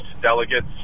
delegates